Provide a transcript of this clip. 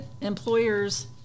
employers